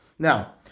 Now